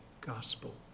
gospel